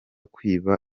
kwiba